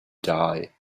die